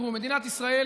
מדינת ישראל